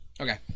Okay